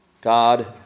God